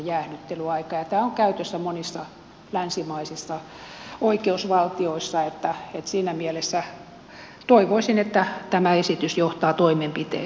ja tämä on käytössä monissa länsimaisissa oikeusvaltioissa että siinä mielessä toivoisin että tämä esitys johtaa toimenpiteen